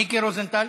מיקי רוזנטל.